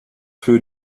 für